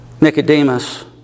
Nicodemus